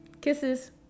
kisses